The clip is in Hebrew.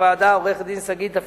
עורכת-הדין שגית אפיק,